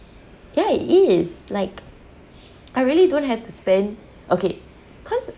ya it is like I really don't have to spend okay cause